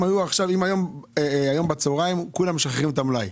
אם היום בצוהריים כולם משחררים את המלאי,